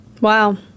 Wow